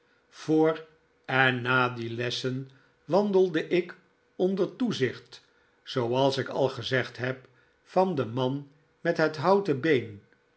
voor en na die lessen david copper field wandelde ik onder toezicht zooals ik al gezegd heb van den man met het houten been